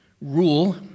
rule